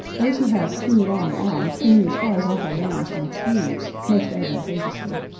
those who have too long arms can use horizontal bands on sleeves most advantageously.